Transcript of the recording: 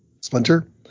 Splinter